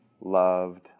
loved